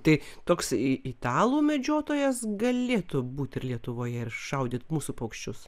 tai toks i italų medžiotojas galėtų būti ir lietuvoje ir šaudyt mūsų paukščius